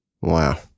Wow